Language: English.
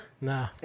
Nah